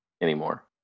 anymore